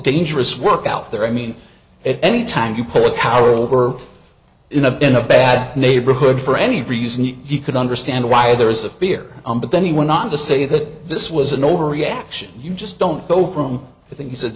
dangerous work out there i mean it any time you put power over in a been a bad neighborhood for any reason he could understand why there is a fear but then he went on to say that this was an overreaction you just don't go from i think it's a